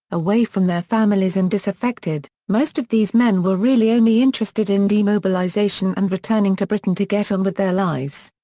away from their families and disaffected, most of these men were really only interested in demobilisation and returning to britain to get on with their lives.